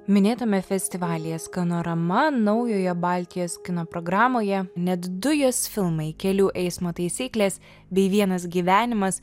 minėtame festivalyje skanorama naujojo baltijos kino programoje net du jos filmai kelių eismo taisyklės bei vienas gyvenimas